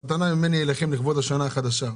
"מתנה ממני אליכם לכבוד השנה החדשה.